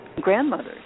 grandmothers